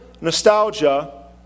nostalgia